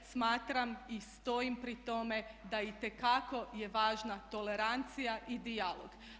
Smatram i stojim pri tome da itekako je važna tolerancija i dijalog.